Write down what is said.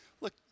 Look